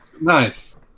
Nice